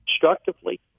constructively